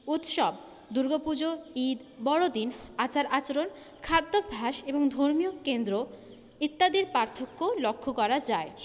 উৎসব দুর্গাপুজো ঈদ বড়দিন আচার আচরণ খাদ্যাভাস ধর্মীয় কেন্দ্র ইত্যাদির পার্থক্য লক্ষ্য করা যায়